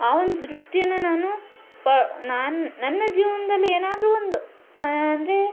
ಆ ಒಂದು ದೃಷ್ಟಿನ ನಾನು ನಾನ್ನ ನನ್ನ ಜೀವನದಲ್ಲಿ ಏನಾದ್ರೂ ಒಂದು ಅಂದರೆ